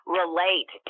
relate